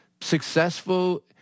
successful